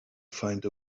find